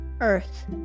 Earth